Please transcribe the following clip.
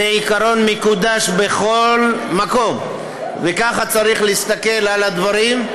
זה עיקרון מקודש בכל מקום וככה צריך להסתכל על הדברים.